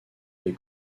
les